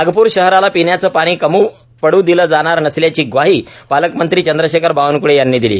नागपूर षहराला पिण्याचं पाणी कमी पडू दिलं जाणार नसल्याची ग्वाही पालकमंत्री चंद्रषेखर बावनकुळे यांनी दिली